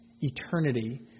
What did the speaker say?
eternity